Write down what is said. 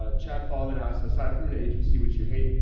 ah chad, fahlman us aside from an agency, which you hate,